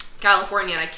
California